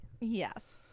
Yes